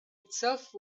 itself